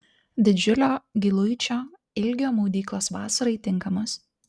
didžiulio giluičio ilgio maudyklos vasarai tinkamos